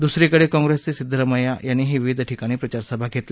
दुसरीकडे काँग्रेसचे सिध्दरामय्या यांनी विविध ठिकाणी प्रचारसभा घेतल्या